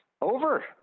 over